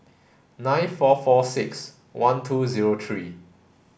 nine four four six one two zero three